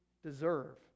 deserve